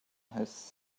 his